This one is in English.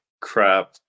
crap